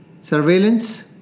Surveillance